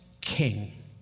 king